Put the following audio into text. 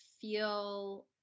feel